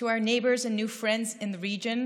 (אומרת באנגלית: לשכנינו וחברינו החדשים באזור,)